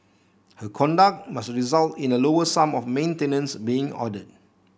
her conduct must result in a lower sum of maintenance being ordered